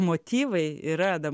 motyvai yra